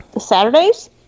Saturdays